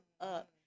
up